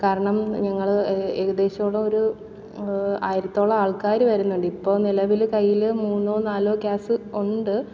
കാരണം ഞങ്ങൾ ഏകദേശമുള്ളൊരു ആയിരത്തോളം ആൾക്കാർ വരുന്നുണ്ട് ഇപ്പോൾ നിലവിൽ കയ്യിൽ മൂന്നോ നാലോ ഗ്യാസ് ഉണ്ട്